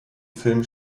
film